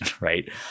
right